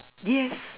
yes